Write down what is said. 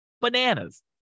Bananas